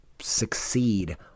succeed